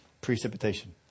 precipitation